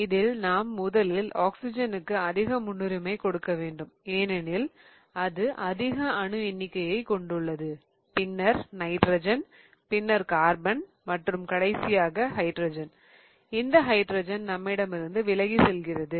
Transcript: இதில் நாம் முதலில் ஆக்ஸிஜனுக்கு அதிக முன்னுரிமை கொடுக்க வேண்டும் ஏனெனில் அது அதிக அணு எண்ணிக்கையைக் கொண்டுள்ளது பின்னர் நைட்ரஜன் பின்னர் கார்பன் மற்றும் கடைசியாக ஹைட்ரஜன் இந்த ஹைட்ரஜன் நம்மிடமிருந்து விலகி செல்கிறது